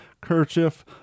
kerchief